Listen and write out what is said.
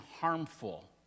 harmful